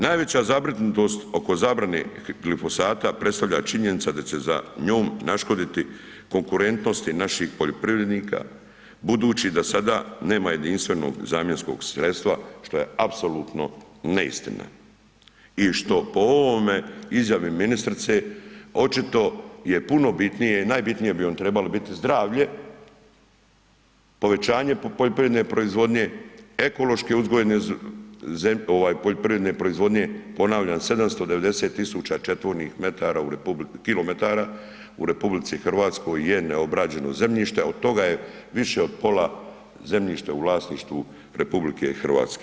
Najveća zabrinutost oko zabrane glifosata predstavlja činjenica da će za njom naškoditi konkurentnosti naših poljoprivrednika budući da sada nema jedinstvenog zamjenskog sredstva, što je apsolutno neistina i što po ovome, izjave ministrice očito je puno bitnije i najbitnije bi vam trebalo biti zdravlje, povećanje poljoprivredne proizvodnje, ekološki uzgojene poljoprivredne proizvodnje, ponavljam, 790 tisuća četvornih metara, kilometara u RH je neobrađeno zemljište, od toga je više od pola zemljišta u vlasništvu RH.